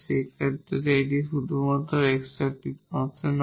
এই ক্ষেত্রে যখন এটি শুধুমাত্র x এর একটি ফাংশন